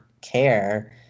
care